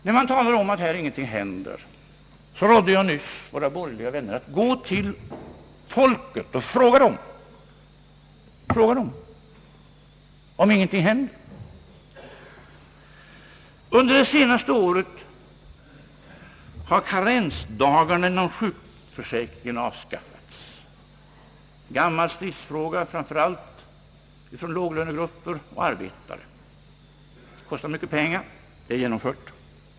När man påstår att det inte händer någonting så rådde jag nyss våra borgerliga vänner att gå till folket och fråga medborgarna om ingenting händer. Jag kan nämna att under det senaste året har karensdagarna inom den allmänna sjukförsäkringen avskaffats. Det är en gammal stridsfråga framför allt för låglönegrupper och arbetare. Det kostade mycket pengar, men nu är det genomfört.